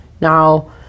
Now